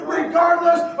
regardless